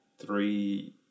three